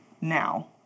now